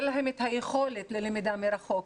אין להם את היכולת ללמידה מרחוק,